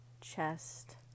chest